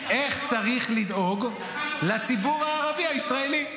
התנחלויות ----- איך צריך לדאוג לציבור הערבי-ישראלי.